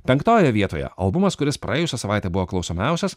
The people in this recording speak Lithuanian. penktoje vietoje albumas kuris praėjusią savaitę buvo klausiomiausias